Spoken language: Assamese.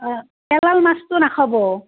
অ' মাছটো নাখাব